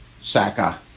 Saka